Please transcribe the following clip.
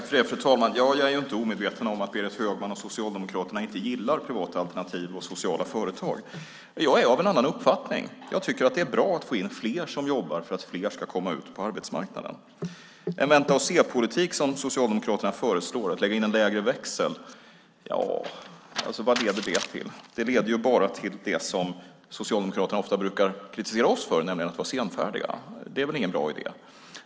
Fru talman! Jag är inte omedveten om att Berit Högman och Socialdemokraterna inte gillar privata alternativ och sociala företag. Jag är av en annan uppfattning. Jag tycker att det är bra att få in fler som jobbar för att fler ska komma in på arbetsmarknaden. En vänta-och-se-politik som Socialdemokraterna föreslår och att lägga in en lägre växel, vad leder det till? Det leder bara till det som Socialdemokraterna ofta brukar kritisera oss för, nämligen att vara senfärdiga. Det är väl ingen bra idé.